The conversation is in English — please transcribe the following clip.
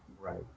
Right